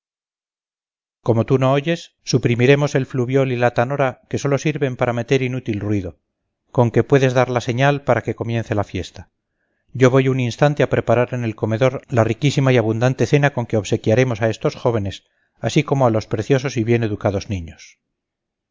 como tú no oyes suprimiremos el fluviol y la tanora que sólo sirven para meter inútil ruido con que puedes dar la señal para que comience la fiesta yo voy un instante a preparar en el comedor la riquísima y abundante cena con que obsequiaremos a estos jóvenes así como a los preciosos y bien educados niños